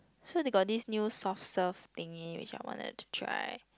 so they got this new soft serve thingy which I wanted to try